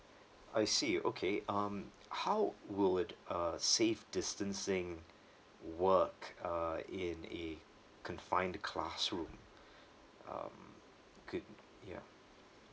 I see okay um how would a safe distancing work uh in a confined classroom um could ya